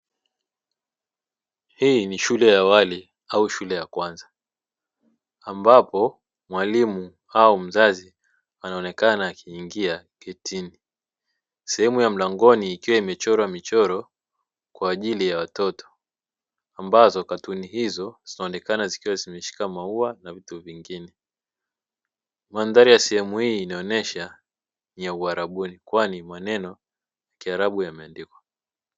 Hii ni shule ya awali au shule ya kwanza, ambapo mwalimu au mzazi anaonekana akiingia getini, sehemu ya mlangoni ikiwa imechorwa michoro kwa ajili ya watoto, ambazo katuni hizo zinaonekana zikiwa zimeshika maua na vitu vingine, mandhari ya sehemu hii inaonyesha ni uarabuni kwani maneno ya kiarabu yameandikwa.